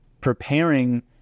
preparing